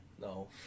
No